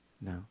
no